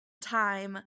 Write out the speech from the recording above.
time